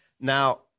Now